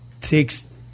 takes